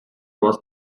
was